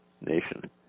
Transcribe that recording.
nation